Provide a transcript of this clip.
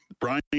Brian